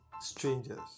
strangers